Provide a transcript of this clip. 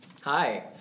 Hi